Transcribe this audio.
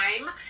time